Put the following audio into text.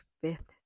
fifth